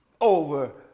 over